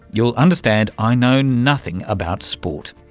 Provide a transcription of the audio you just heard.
you'll understand i know nothing about sport,